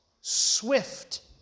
swift